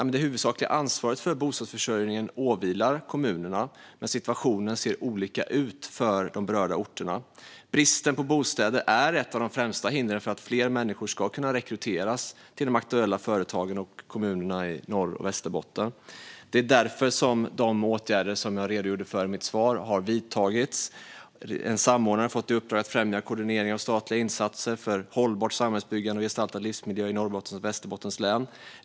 Det huvudsakliga ansvaret för bostadsförsörjningen åvilar kommunerna, men situationen ser olika ut för de berörda orterna. Bristen på bostäder är ett av de främsta hindren för att fler människor ska kunna rekryteras till de aktuella företagen och kommunerna i Norrbotten och Västerbotten. Det är därför de åtgärder jag redogjorde för i mitt svar har vidtagits. En samordnare har fått i uppdrag att främja koordineringen av statliga insatser för hållbart samhällsbyggande och gestaltad livsmiljö i Norrbottens och Västerbottens län.